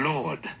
Lord